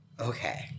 okay